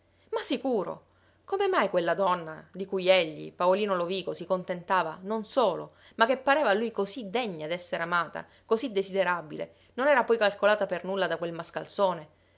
ma sicuro come mai quella donna di cui egli paolino lovico si contentava non solo ma che pareva a lui così degna d'essere amata così desiderabile non era poi calcolata per nulla da quel mascalzone